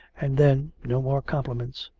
and then no more compliments.